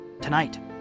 Tonight